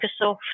Microsoft